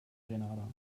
grenada